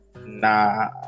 nah